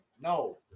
no